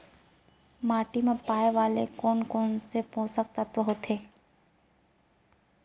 माटी मा पाए वाले कोन कोन से पोसक तत्व होथे?